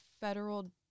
federal